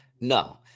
No